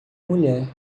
mulher